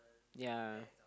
yea